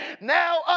Now